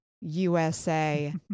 USA